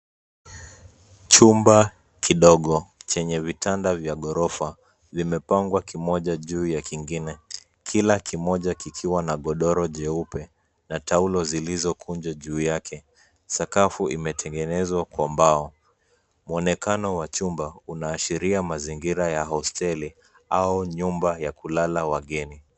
Chumba kidogo chenye vitanda vya gorofa vimepangwa kimoja juu ya kingine. Kila kimoja kikiwa na godoro jeupe na taulo zilizokunjwa juu yake. Sakafu imetengenezwa kwa mbao. Mwonekano wa chumba unaashiria mazingira ya hosteli au nyumba ya kulala wageni.